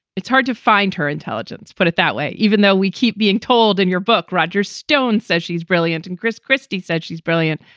it's hard to find her intelligence. put it that way. even though we keep being told in your book, roger stone says she's brilliant and chris christie said she's brilliant.